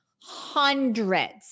hundreds